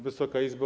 Wysoka Izbo!